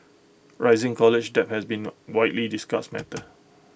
rising college debt has been A widely discussed matter